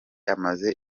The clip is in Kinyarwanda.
amaze